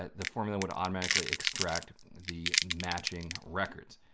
ah the formula would automatically extract the matching records.